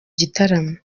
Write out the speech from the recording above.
gitaramo